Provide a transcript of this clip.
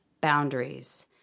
boundaries